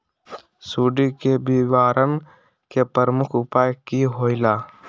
सुडी के निवारण के प्रमुख उपाय कि होइला?